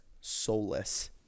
soulless